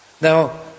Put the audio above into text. Now